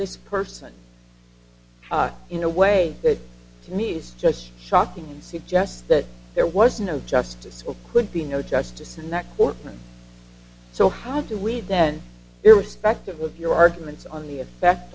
this person in a way that to me is just shocking and suggests that there was no justice or could be no justice in that courtroom so how do we then irrespective of your arguments on the effect